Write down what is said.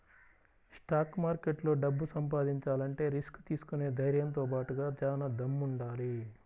stock మార్కెట్లో డబ్బు సంపాదించాలంటే రిస్క్ తీసుకునే ధైర్నంతో బాటుగా చానా దమ్ముండాలి